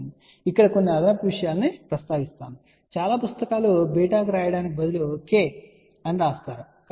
నేను ఇక్కడ కొన్ని అదనపు విషయాలను ప్రస్తావించాలనుకుంటున్నాను చాలా పుస్తకాలు β వ్రాయడానికి బదులుగా k అని వ్రాస్తాయి